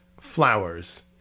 flowers